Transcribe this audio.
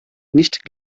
nicht